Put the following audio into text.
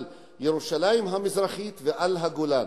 על ירושלים המזרחית ועל הגולן.